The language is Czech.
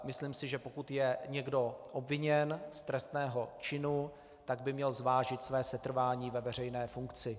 Myslím si, že pokud je někdo obviněn z trestného činu, tak by měl zvážit své setrvání ve veřejné funkci.